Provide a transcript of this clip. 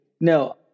No